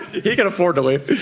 he can afford to leave.